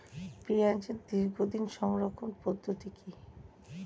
পেঁয়াজের দীর্ঘদিন সংরক্ষণ পদ্ধতি কি?